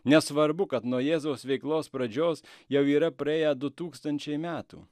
nesvarbu kad nuo jėzaus veiklos pradžios jau yra praėję du tūkstančiai metų